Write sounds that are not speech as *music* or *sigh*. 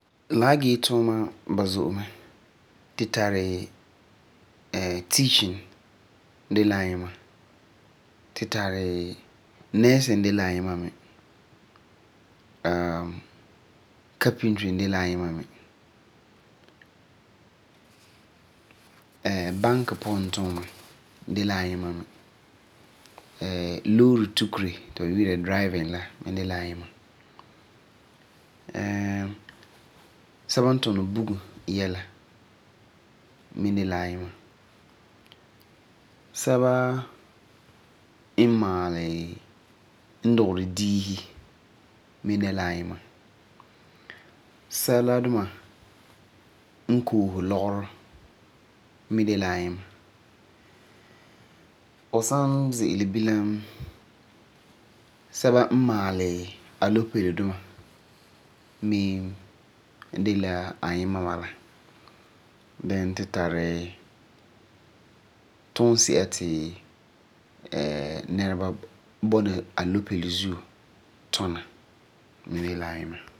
La han gee yuuma ba zo'e mɛ. Tu tari teaching de la ayima, fu tari nursing mi de la ayima mi. *hesitation* carpentry de la ayima mi. *hesitation* bank puan tuuma mi de la ayima mi, Moore tukere ti ba yi'ira ti driving la mi de la ayima. *hesitation* sɛba n tuni bugum yɛla mi de la ayima, sɛba n maali n dugeri diisi mi de la ayima. Then tu tari tunsi'a ti *hesitation* nɛreba bɔna alopɛle zuo tuna mi de la ayima.